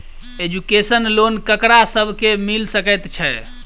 Education loan ककरा सब केँ मिल सकैत छै?